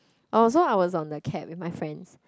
I also I was on the cab with my friends